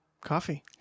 Coffee